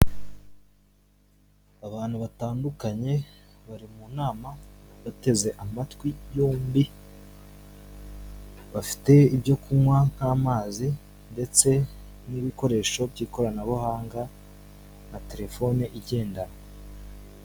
Abantu batandukanye bari mu nama, bateze amatwi yombi, bafite ibyo kunywa, nk'amazi ndetse n'ibikoresho by'ikoranabuhanga, na telefone igendanwa.